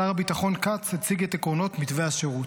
שר הביטחון כץ הציג את עקרונות מתווה השירות,